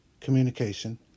communication